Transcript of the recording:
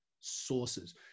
sources